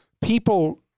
people